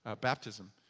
Baptism